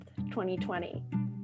2020